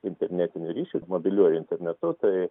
internetiniu ryšiu mobiliuoju internetu tai